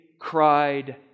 cried